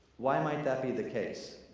why might that be the case?